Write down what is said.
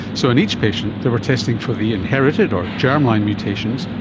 so in each patient they were testing for the inherited or germline mutations,